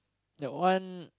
that one